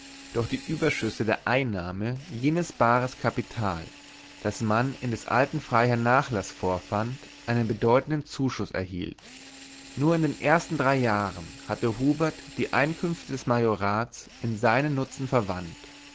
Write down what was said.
durch die überschüsse der einnahme jenes bares kapital das man in des alten freiherrn nachlaß vorfand einen bedeutenden zuschuß erhielt nur in den ersten drei jahren hatte hubert die einkünfte des majorats in seinen nutzen verwandt